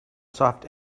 soft